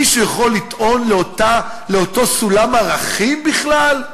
מישהו יכול לטעון לאותו סולם ערכים בכלל?